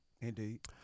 Indeed